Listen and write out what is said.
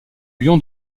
lion